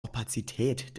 opazität